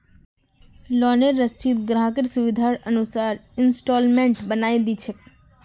लोनेर राशिक ग्राहकेर सुविधार अनुसार इंस्टॉल्मेंटत बनई दी छेक